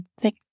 thick